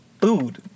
food